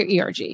ERG